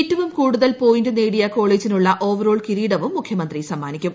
ഏറ്റവും കൂടുതൽ പോയിന്റ് നേടിയ കോളേജിനുള്ള ഓവറോൾ കിരീടവും മുഖ്യമന്ത്രി സമ്മാനിക്കും